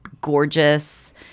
gorgeous